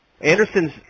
Anderson's